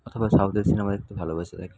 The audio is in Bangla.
অথবা সাউথের সিনেমা দেখতে ভালোবেসে থাকি